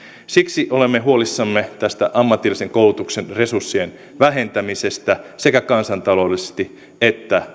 siksi olemme huolissamme tästä ammatillisen koulutuksen resurssien vähentämisestä sekä kansantaloudellisesti että